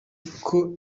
uko